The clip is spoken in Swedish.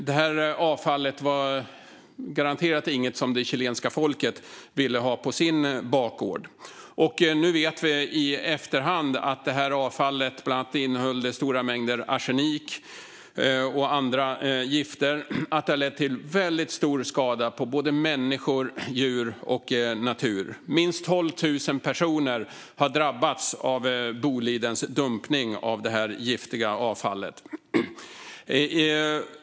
Det här avfallet var garanterat inget som det chilenska folket ville ha på sin bakgård. Nu i efterhand vet vi att det här avfallet bland annat innehöll stora mängder arsenik och andra gifter samt att det har lett till väldigt stor skada på både människor, djur och natur. Minst 12 000 personer har drabbats av Bolidens dumpning av det här giftiga avfallet.